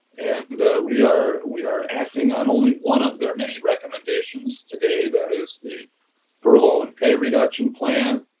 and we are we are acting on only one of their many recommendations today. that is the furlough and pay reduction plan.